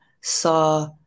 saw